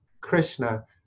Krishna